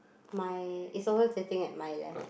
my it's over tilting at my left